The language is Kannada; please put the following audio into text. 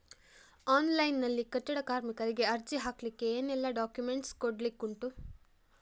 ಆನ್ಲೈನ್ ನಲ್ಲಿ ಕಟ್ಟಡ ಕಾರ್ಮಿಕರಿಗೆ ಅರ್ಜಿ ಹಾಕ್ಲಿಕ್ಕೆ ಏನೆಲ್ಲಾ ಡಾಕ್ಯುಮೆಂಟ್ಸ್ ಕೊಡ್ಲಿಕುಂಟು?